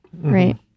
Right